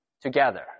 together